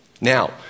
Now